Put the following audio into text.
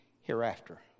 hereafter